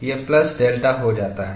यह plus delta हो जाता है